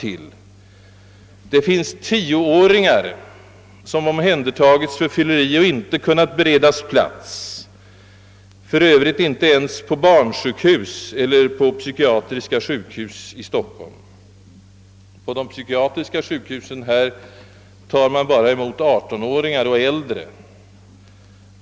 Det finns 10-åringar som omhändertagits för fylleri och som inte har kunnat beredas plats — inte ens på barnsjukhus eller på psykiatriska sjukhus i Stockholm, På de psykiatriska sjukhusen i huvudstaden tar man bara emot 18-åringar och äldre.